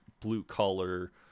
blue-collar